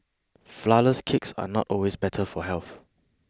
Flourless Cakes are not always better for health